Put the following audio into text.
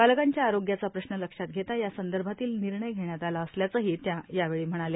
बालकांच्या आरोग्याचा प्रश्न लक्षात घेता या संदर्भातील निर्णय घेण्यात आला असल्याचही त्या यावेळी म्हणाल्या